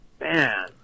Man